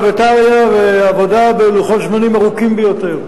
וטריא ועבודה בלוחות זמנים ארוכים ביותר.